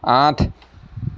আঠ